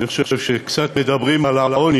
אני חושב שכשקצת מדברים על העוני,